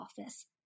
Office